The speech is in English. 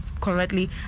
correctly